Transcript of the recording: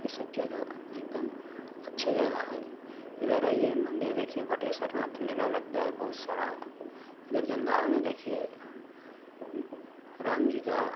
ये सब जगह एकदम अच्छा जघा है इधर आईए मन्दिर देखिए वटेसरनाथ मेला लगता है बहुत सारा इधर जमदहा में देखिए राम जी का